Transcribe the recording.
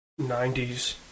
90s